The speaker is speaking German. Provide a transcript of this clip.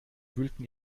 wühlten